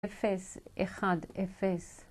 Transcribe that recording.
אפס, אחד, אפס